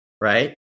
right